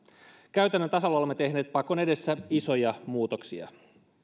käytännön tasolla olemme tehneet pakon edessä isoja muutoksia